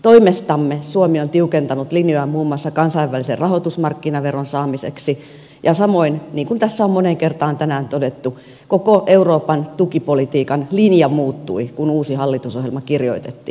toimestamme suomi on tiukentanut linjojaan muun muassa kansainvälisen rahoitusmarkkinaveron saamiseksi ja samoin niin kuin tässä on moneen kertaa tänään todettu koko euroopan tukipolitiikan linja muuttui kun uusi hallitusohjelma kirjoitettiin